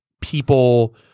people